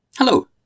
Hello